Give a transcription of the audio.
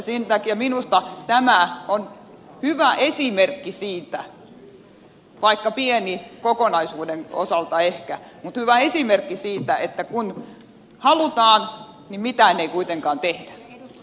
sen takia minusta tämä on hyvä esimerkki siitä vaikka ehkä pieni kokonaisuuden kannalta että vaikka halutaan niin mitään ei kuitenkaan tehdä